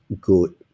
good